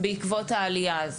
בעקבות העלייה הזו,